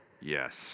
Yes